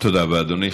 תודה רבה, אדוני.